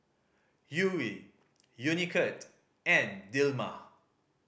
Yuri Unicurd and Dilmah